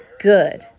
good